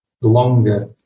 longer